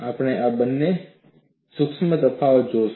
આપણે આ બેમાં સૂક્ષ્મ તફાવત જોઈશું